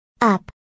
up